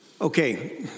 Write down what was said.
Okay